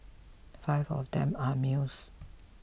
five of them are males